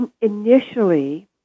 initially